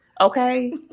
okay